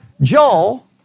Joel